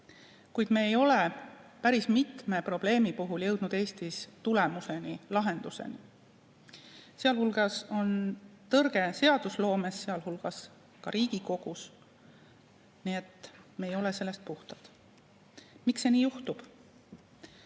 Kuid me ei ole päris mitme probleemi puhul jõudnud Eestis tulemuseni, lahenduseni. Sealhulgas on tõrge seadusloomes, sealhulgas ka Riigikogus. Nii et me ei ole sellest puhtad. Miks see nii juhtub?